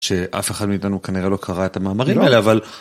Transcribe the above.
שאף אחד מאיתנו כנראה לא קרא את המאמרים האלה, אבל...